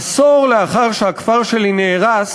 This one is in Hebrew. עשור לאחר שהכפר שלי נהרס